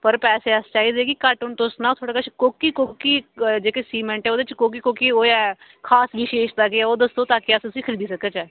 पर असें गी चाहिदे न कि घट्ट होन तुस सुनाओ हून थुआढ़े कश कोह्की कोह्की जेह्ड़े सीमैंट ऐ कोह्की कोह्की खास विशेशता केह् ऐ तुस दस्सो ताकि अस उसी खरीदी सकचै